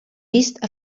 vist